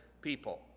people